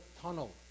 tunnel